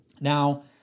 Now